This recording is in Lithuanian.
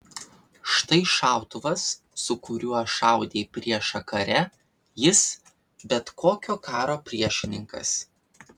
štai šautuvas su kuriuo šaudė į priešą kare jis bet kokio karo priešininkas